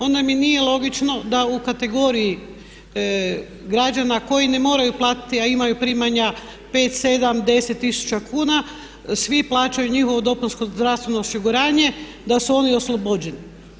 Onda mi nije logično da u kategoriji građana koji ne moraju platiti a imaju primaju 5, 7, 10 tisuća kuna, svi plaćaju njihovo dopunsko zdravstveno osiguranje da su oni oslobođeni.